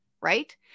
right